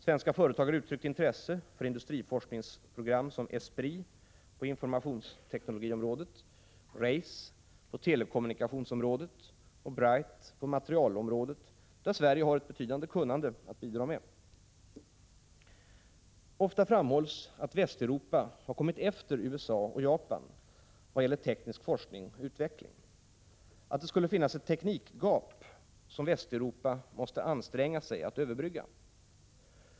Svenska företag har uttryckt intresse för industriforskningsprogram som ESPRIT på informationsteknologiområdet, RACE på telekommunikationsområdet och BRITE på materialområdet, där Sverige har ett betydande kunnande att bidra med. Ofta framhålls att Västeuropa har kommit efter USA och Japan vad gäller teknisk forskning och utveckling, att det skulle finnas ett teknikgap som Västeuropa måste anstränga sig att överbrygga.